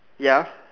ya